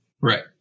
Right